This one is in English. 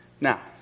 Now